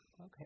Okay